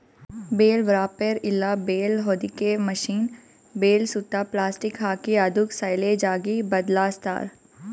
bale wrapper ಇಲ್ಲ bale ಹೊದಿಕೆ machine bale ಸುತ್ತಾ ಪ್ಲಾಸ್ಟಿಕ್ ಹಾಕಿ ಅದುಕ್ ಸೈಲೇಜ್ ಆಗಿ ಬದ್ಲಾಸ್ತಾರ್